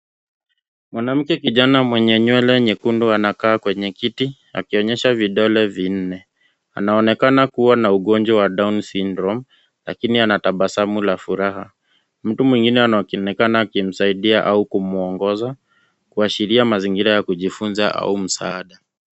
Mwanamke kijana mwenye nywele nyekundu anakaa kwenye kiti akionyesha vidole vinne. Anaonekana kuwa na ugonjwa wa Down Syndrome lakini ana tabasamu la furaha. Mtu mwingine akionekana akimsaidia au kumwongoza, kuashiria mazingira ya kujifunza au msaada.